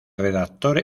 redactor